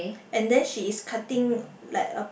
and then she is cutting like a